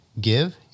Give